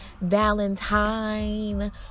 valentine